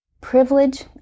Privilege